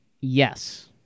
Yes